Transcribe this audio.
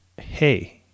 hey